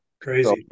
crazy